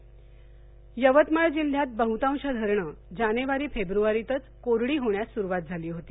गाळ यवतमाळ जिल्हयात बहुतांश धरणं जानेवारी फेब्रवारीतच कोरडी होण्यास सुरूवात झाली होती